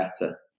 better